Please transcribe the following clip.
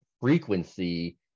frequency